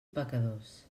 pecadors